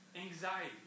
anxiety